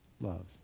love